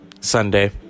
Sunday